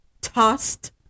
tossed